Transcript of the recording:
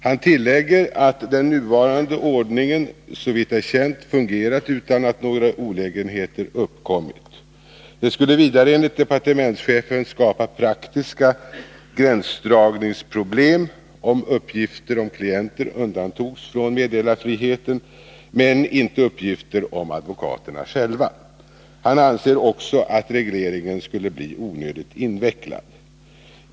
Han tillägger att den nuvarande ordningen, såvitt är känt, fungerat utan att några olägenheter uppkommit. Det skulle vidare enligt departementschefen skapa praktiska gränsdragningsproblem om uppgifter om klienter undantogs från meddelarfriheten, men inte uppgifter om advokaterna själva; han anser också att regleringen skulle bli onödigt invecklad.